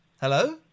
Hello